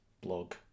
blog